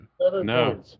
No